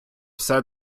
все